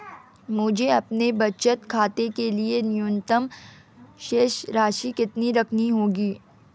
मुझे अपने बचत खाते के लिए न्यूनतम शेष राशि कितनी रखनी होगी?